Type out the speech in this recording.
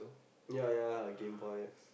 ya ya Game Boy